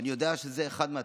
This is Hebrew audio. אני יודע שזו אחת מהתפיסות.